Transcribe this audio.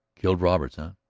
killed roberts, huh?